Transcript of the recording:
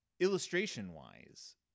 Illustration-wise